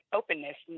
openness